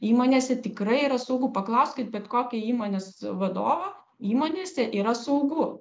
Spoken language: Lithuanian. įmonėse tikrai yra saugu paklauskit bet kokio įmonės vadovo įmonėse yra saugu